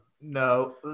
no